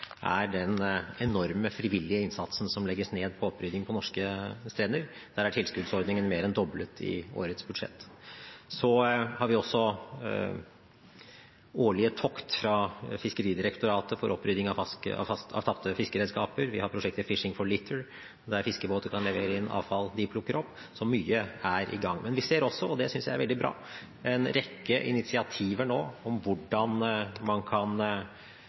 er den enorme frivillige innsatsen som legges ned for å rydde norske strender. Der er tilskuddsordningen mer enn doblet i årets budsjett. Så har vi også årlige tokt fra Fiskeridirektoratet for opprydding av tapte fiskeredskaper, vi har prosjektet «Fishing for Litter», der fiskebåter kan levere inn avfall de plukker opp, så mye er i gang. Men vi ser også – og det synes jeg er veldig bra – en rekke initiativer nå for hvordan man kan